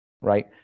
Right